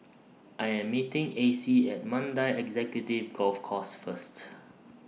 I Am meeting Acey At Mandai Executive Golf Course First